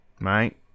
right